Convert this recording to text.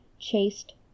chaste